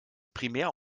primär